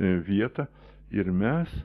vietą ir mes